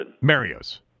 Mario's